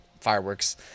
fireworks